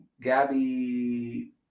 Gabby